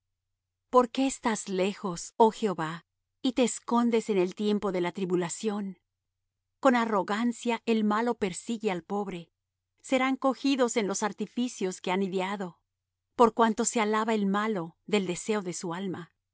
por qué estás lejos oh jehová y te escondes en el tiempo de la tribulación con arrogancia el malo persigue al pobre serán cogidos en los artificios que han ideado por cuanto se alaba el malo del deseo de su alma y